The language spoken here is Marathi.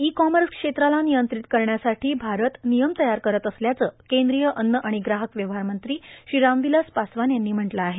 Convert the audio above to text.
ई कॉमर्स क्षेत्राला नियंत्रित करण्यासाठी भारत नियम तयार करत असल्याचं केंद्रीय अन्न आणि ग्राहक व्यवहार मंत्री श्री रामविलास पासवान यांनी म्हटलं आहे